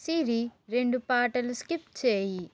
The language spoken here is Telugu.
సిరి రెండు పాటలు స్కిప్ చేయి